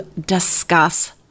discuss